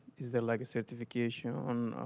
is there like a certification?